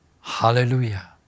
Hallelujah